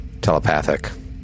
telepathic